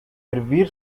hervir